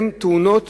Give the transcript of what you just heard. אלה תאונות